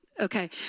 Okay